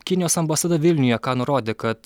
kinijos ambasada vilniuje ką nurodė kad